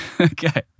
okay